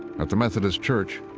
at the methodist church,